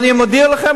אני מודיע לכם,